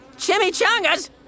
Chimichangas